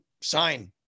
sign